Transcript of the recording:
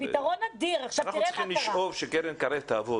אנחנו צריכים לשאוף שקרן קרב תעבוד.